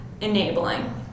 Enabling